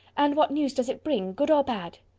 and what news does it bring good or bad?